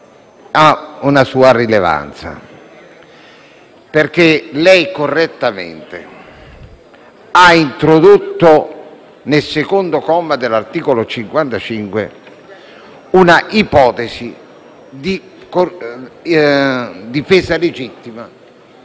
ha una sua rilevanza. Infatti lei, correttamente, ha introdotto nel secondo comma dell'articolo 55 una ipotesi di difesa legittima